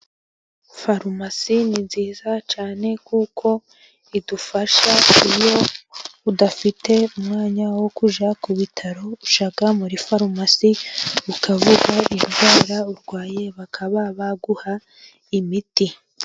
Farumasi ni nziza cyane, kuko idufasha iyo udafite umwanya wo kujya ku bitaro, ujya muri farumasi ukavuga indwara urwaye, bakaba baguha imiti.